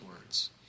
words